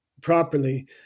properly